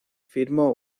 firmó